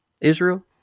Israel